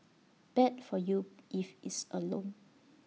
bad for you if it's A loan